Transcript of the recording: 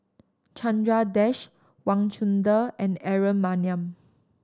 Chandra Das Wang Chunde and Aaron Maniam